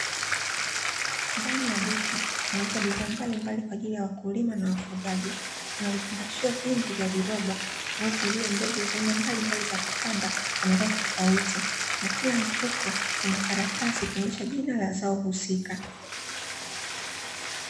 Ndani ya duka kunauzwa bidhaa mbalimbali kwa ajili ya wakulima na wafugaji. Kuna vifungashio vingi vya viroba ambavyo vimebeba mbegu za aina mbalimbali za kupanda za mazao tofauti, na kila mfuko una karatasi ikionyesha jina la zao husika.